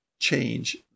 change